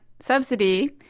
subsidy